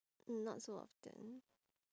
mm not so often